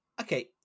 okay